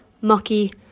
mucky